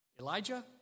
Elijah